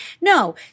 No